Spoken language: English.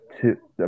two